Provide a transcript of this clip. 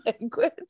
language